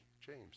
James